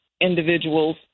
individuals